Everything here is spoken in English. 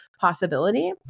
possibility